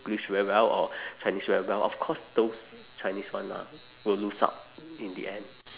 ~glish very well or chinese very well of course those chinese one lah will lose out in the end